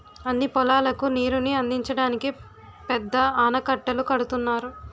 అన్ని పొలాలకు నీరుని అందించడానికి పెద్ద ఆనకట్టలు కడుతున్నారు